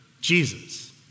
Jesus